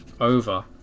over